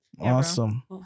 Awesome